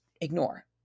Ignore